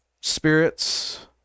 spirits